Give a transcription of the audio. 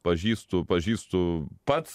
pažįstu pažįstu pats